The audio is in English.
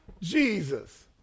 jesus